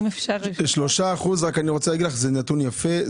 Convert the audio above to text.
3% זה נתון יפה,